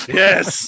yes